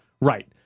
Right